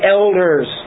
elders